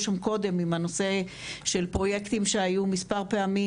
קודם עם הנושא של פרויקטים שהיו מספר פעמים,